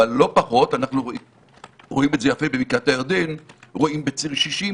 אבל לא פחות אנחנו רואים את זה יפה בבקעת הירדן בציר 60,